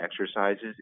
exercises